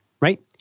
right